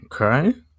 okay